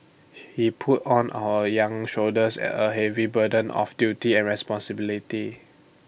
he put on our young shoulders A heavy burden of duty and responsibility